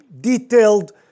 detailed